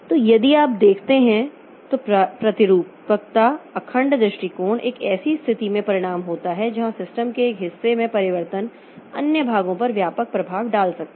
तो यदि आप देखते हैं तो प्रतिरूपकता अखंड दृष्टिकोण एक ऐसी स्थिति में परिणाम होता है जहां सिस्टम के एक हिस्से में परिवर्तन अन्य भागों पर व्यापक प्रभाव डाल सकता है